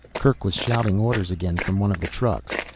kerk was shouting orders again from one of the trucks.